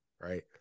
right